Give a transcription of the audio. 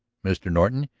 mr. norton,